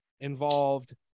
involved